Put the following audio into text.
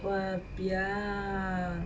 !wahpiang!